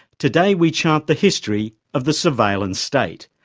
today we chart the history of the surveillance state.